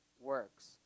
works